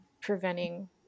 preventing